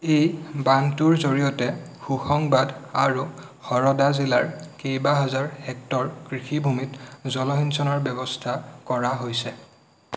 এই বান্ধটোৰ জৰিয়তে হোশংবাদ আৰু হৰদা জিলাৰ কেইবাহাজাৰ হেক্টৰ কৃষিভূমিত জলসিঞ্চনৰ ব্যৱস্থা কৰা হৈছে